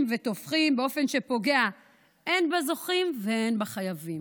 ותופחים באופן שפוגע הן בזוכים והן בחייבים.